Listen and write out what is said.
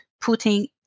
putting